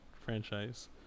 franchise